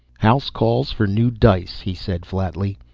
house calls for new dice, he said flatly.